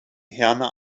herne